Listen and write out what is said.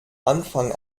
anfang